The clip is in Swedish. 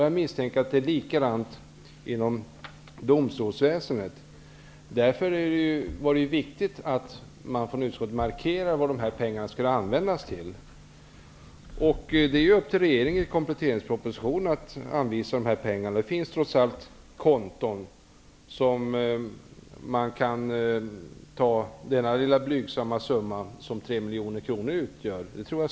Jag misstänker att det är likadant inom domstolsväsendet. Därför är det ju viktigt att utskottet markerar vad pengarna skall användas till. Sedan är det upp till regeringen att anvisa pengarna i kompletteringspropositionen. Jag tror säkert att det finns konton där man kan ta den blygsamma summa som 3 miljoner kronor utgör.